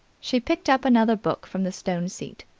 she picked up another book from the stone seat.